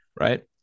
right